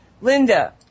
Linda